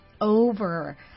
over